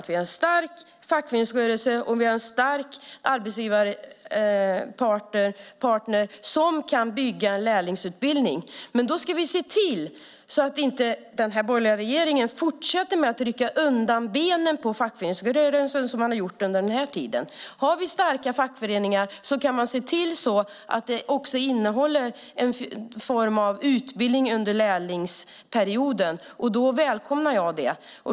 Vi ska ha en stark fackföreningsrörelse och vi ska ha starka arbetsgivarparter som kan bygga en lärlingsutbildning. Men då ska vi se till att inte den borgerliga regeringen fortsätter att rycka undan benen på fackföreningsrörelsen, som den har gjort under den här tiden. Om vi har starka fackföreningar kan vi se till att lärlingsperioden också innehåller någon form av utbildning. Då välkomnar jag det.